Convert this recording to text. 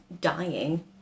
dying